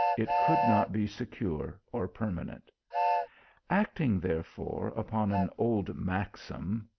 it could not be secure or permanent acting therefore upon an old maxim,